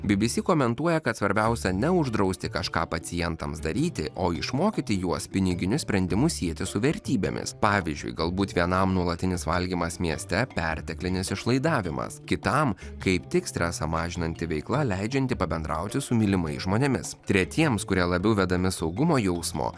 bbc komentuoja kad svarbiausia ne uždrausti kažką pacientams daryti o išmokyti juos piniginius sprendimus sieti su vertybėmis pavyzdžiui galbūt vienam nuolatinis valgymas mieste perteklinis išlaidavimas kitam kaip tik stresą mažinanti veikla leidžianti pabendrauti su mylimais žmonėmis tretiems kurie labiau vedami saugumo jausmo